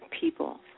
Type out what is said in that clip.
people